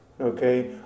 okay